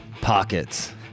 Pockets